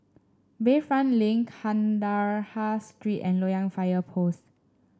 Bayfront Link Kandahar Street and Loyang Fire Post